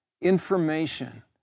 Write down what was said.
information